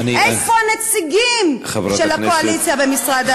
איפה הנציגים של הקואליציה במשרד החוץ?